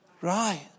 right